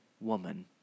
woman